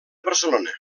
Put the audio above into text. barcelona